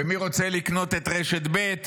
ומי רוצה לקנות את רשת ב';